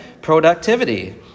productivity